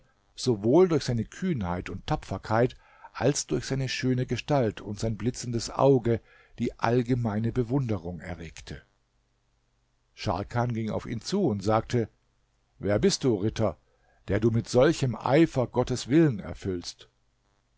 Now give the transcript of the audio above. sowohl durch seine kühnheit und tapferkeit als durch seine schöne gestalt und sein blitzendes auge die allgemeine bewunderung erregte scharkan ging auf ihn zu und sagte wer bist du ritter der du mit solchem eifer gottes willen erfüllst